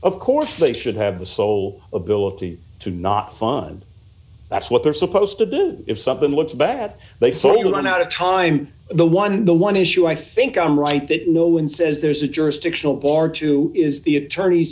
of course they should have the sole ability to not fund that's what they're supposed to do if something looks bad they sold it on out of time the one the one issue i think i'm right that no one says there's a jurisdictional bar to is the attorney